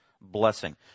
blessing